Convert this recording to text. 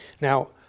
Now